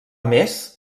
més